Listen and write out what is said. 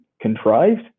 contrived